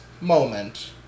moment